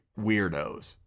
weirdos